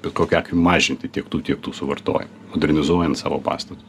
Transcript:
bet kokiu atveju mažinti tiek tiek tų suvartojimą modernizuojant savo pastatus